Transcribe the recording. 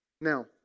Now